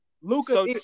Luca